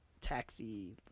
Taxi